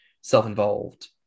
self-involved